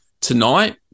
tonight